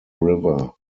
river